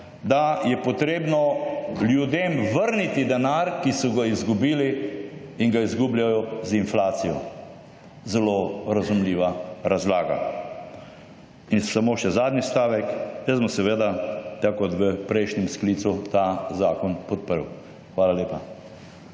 da je potrebno ljudem vrniti denar, ki so ga izgubili in ga izgubljajo z inflacijo. Zelo razumljiva razlaga. In samo še zadnji stavek, jaz bom seveda, tako kot v prejšnjem sklicu, ta zakon podprl. Hvala lepa.